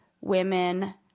women